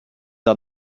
are